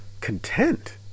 content